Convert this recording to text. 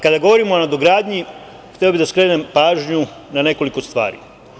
Kada govorimo o nadogradnji, hteo bih da skrenem pažnju na nekoliko stvari.